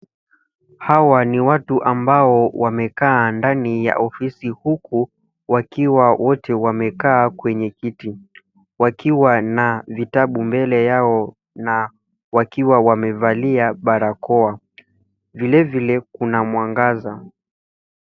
Hawa ni watu ambao wamekaa ndani ya ofisi huku wakiwa wote wamekaa kwenye kiti wakiwa na vitabu mbele yao na wakiwa wamevalia barakoa. Vilevile kuna mwangaza.